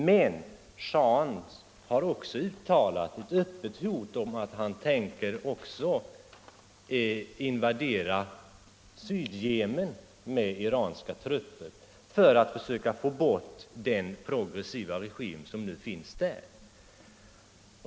Men shahen har också uttalat ett öppet hot om att han tänker invadera Sydyemen med iranska trupper för att försöka få bort den progressiva regim som nu finns där.